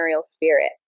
spirit